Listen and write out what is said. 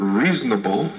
reasonable